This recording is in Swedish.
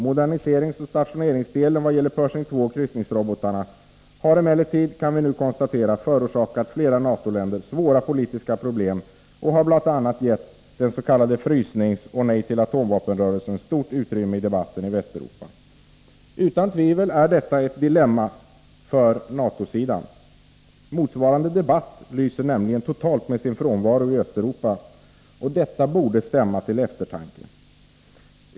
Moderniseringsoch stationeringsdelen vad gäller Pershing II och kryssningsrobotarna har emellertid, kan vi nu konstatera, förorsakat flera NATO-länder svåra politiska problem och har bl.a. gett dens.k. frysningsoch Nej till atomvapen-rörelsen stort utrymme i debatten i Västeuropa. Utan tvivel är detta ett dilemma för NATO-sidan. Motsvarande debatt lyser nämligen totalt med sin frånvaro i Östeuropa, och detta borde stämma till eftertanke.